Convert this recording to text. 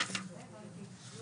יהיה "באישור